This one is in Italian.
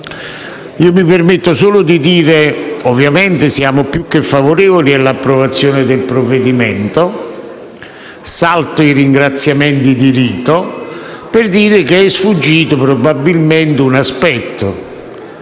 Mi permetto solo di dire che ovviamente siamo più che favorevoli all'approvazione del provvedimento e salto i ringraziamenti di rito per dire che probabilmente è sfuggito